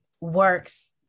works